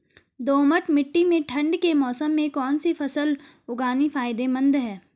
दोमट्ट मिट्टी में ठंड के मौसम में कौन सी फसल उगानी फायदेमंद है?